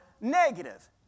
negative